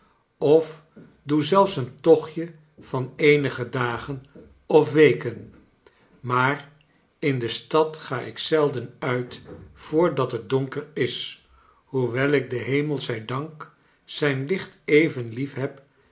of doe zelfs een tochtje van eenige dagen of weken maar in de stad ga ik zelden uit voordat het donker is hoewel ik den hemel zij dank zijn licht even liefheb